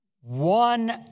One